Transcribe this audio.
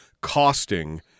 costing